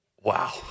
Wow